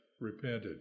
repented